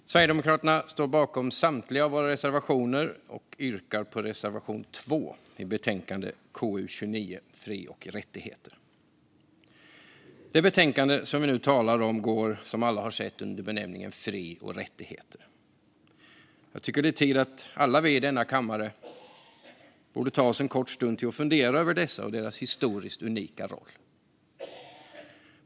Fru talman! Vi i Sverigedemokraterna står bakom samtliga av våra reservationer. Jag yrkar bifall till reservation 2 i betänkande KU29 Fri och rättigheter m.m. Det betänkande som vi nu talar om går, som alla har sett, under benämningen Fri och rättigheter m.m. Jag tycker att det är tid att alla vi i denna kammare borde ta oss en kort stund till att fundera över dessa och deras historiskt unika roll.